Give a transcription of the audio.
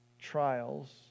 trials